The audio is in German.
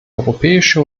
europäische